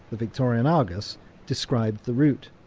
the victorian argus described the route.